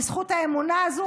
בזכות האמונה הזו,